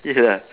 ya